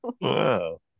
Wow